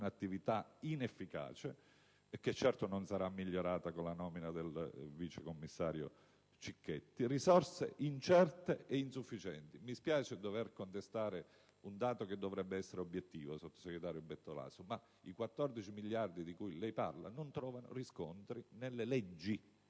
un'attività inefficace che, certo, non sarà migliorata con la nomina del vice commissario Cicchetti. Quanto alle risorse, sono incerte ed insufficienti. Mi spiace dover contestare un dato che dovrebbe essere obiettivo, sottosegretario Bertolaso, ma i 14 miliardi di euro di cui parla non trovano riscontro nelle leggi